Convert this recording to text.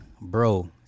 bro